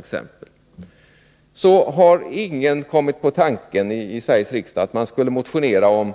Då kan jag konstatera att ingen i Sveriges riksdag har kommit på tanken att motionera om